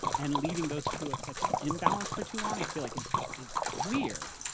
and leaving those two at such an imbalance for too long, i feel, like is is weird.